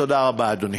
תודה רבה, אדוני.